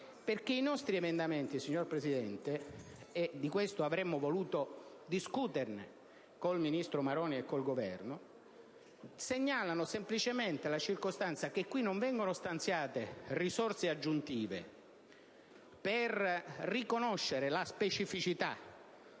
I nostri emendamenti, signor Presidente (di questo avremmo voluto discutere con il ministro Maroni ed il Governo), segnalano semplicemente la circostanza che nel provvedimento non vengono stanziate risorse aggiuntive per riconoscere la specificità